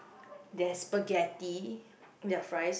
there's spaghetti they have rice